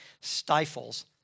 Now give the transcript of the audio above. stifles